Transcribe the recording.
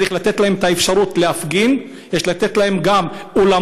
צריך לתת להם את האפשרות להפגין.